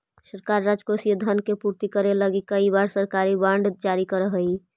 सरकार राजकोषीय धन के पूर्ति करे लगी कई बार सरकारी बॉन्ड जारी करऽ हई